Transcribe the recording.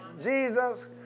Jesus